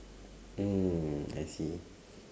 oh I see